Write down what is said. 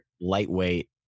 lightweight